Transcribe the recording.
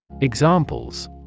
Examples